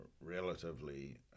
relatively